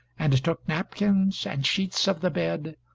and took napkins, and sheets of the bed,